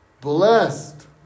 Blessed